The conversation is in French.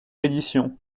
reddition